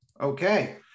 Okay